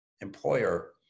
employer